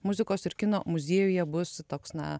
muzikos ir kino muziejuje bus toks na